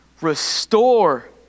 Restore